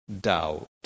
doubt